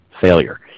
failure